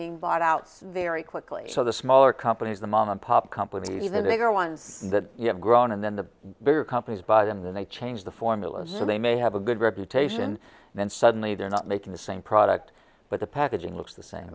being bought out so very quickly so the smaller companies the mom and pop companies even bigger ones that you have grown and then the bigger companies buy them then they change the formula so they may have a good reputation and suddenly they're not making the same product but the packaging looks the same